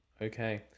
Okay